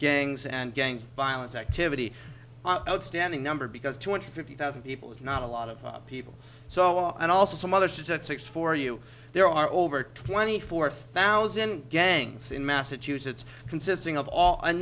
gangs and gang violence activity outstanding number because two hundred fifty thousand people is not a lot of people so and also some other statistics for you there are over twenty four thousand gangs in massachusetts consisting of all